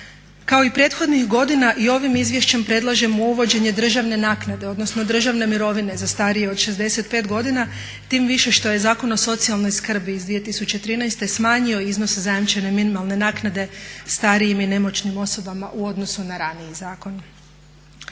Kao i prethodnih godina i ovim izvješćem predlažemo uvođenje državna naknade odnosno državne mirovine za starije od 65 godina tim više što je Zakon o socijalnoj skrbi iz 2013.smanjio iznos zajamčene minimalne naknade starijim i nemoćnim osobama u odnosu na raniji zakon.